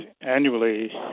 annually